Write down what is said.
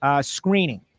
screening